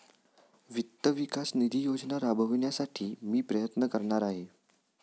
वित्त विकास निधी योजना राबविण्यासाठी मी प्रयत्न करणार आहे